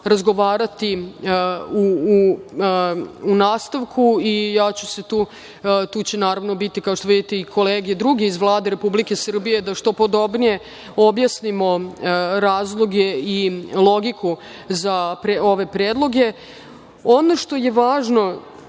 razgovarati u nastavku i tu će naravno biti, kao što vidite, druge kolege iz Vlade Republike Srbije, da što podobnije objasnimo razloge i logiku za ove predloge. Ono što je važno,